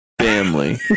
Family